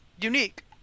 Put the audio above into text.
unique